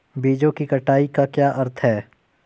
बीजों की कटाई का क्या अर्थ है?